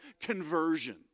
conversion